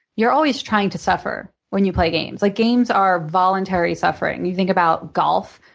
you're always trying to suffer when you play games. like games are voluntary suffering. and you think about golf,